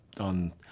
on